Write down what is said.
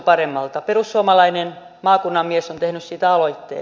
perussuomalainen maakunnan mies on tehnyt siitä aloitteen